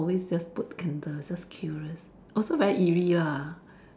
always just put candles just curious also very eerie lah